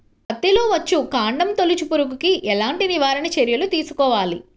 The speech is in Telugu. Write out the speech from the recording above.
పత్తిలో వచ్చుకాండం తొలుచు పురుగుకి ఎలాంటి నివారణ చర్యలు తీసుకోవాలి?